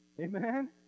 Amen